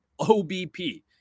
OBP